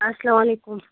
اَسلام علیکُم